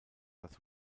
das